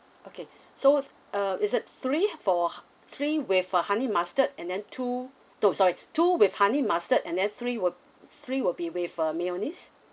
okay so uh is it three for three with uh honey mustard and then two no sorry two with honey mustard and then three will three will be with uh mayonnaise